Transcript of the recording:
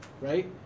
right